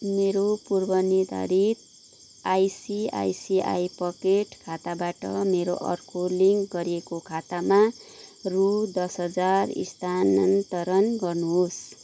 मेरो पूर्वनिर्धारित ICICI pocket खाताबाट मेरो अर्को लिङ्क गरिएको खातामा रु दस हजार स्थानान्तरण गर्नुहोस्